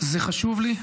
זה חשוב לי,